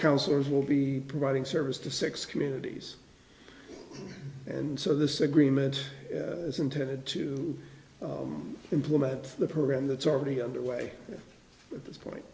councillors will be providing service to six communities and so this agreement is intended to implement the program that's already underway at this point